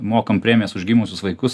mokam premijas už gimusius vaikus